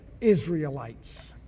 Israelites